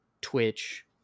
twitch